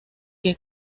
que